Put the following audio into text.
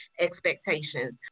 expectations